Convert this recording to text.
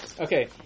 Okay